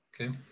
okay